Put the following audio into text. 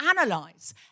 analyze